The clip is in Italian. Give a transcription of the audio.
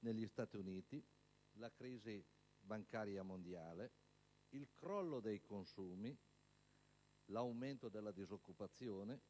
negli Stati Uniti, la crisi bancaria mondiale, il crollo dei consumi, l'aumento della disoccupazione